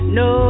no